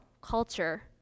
culture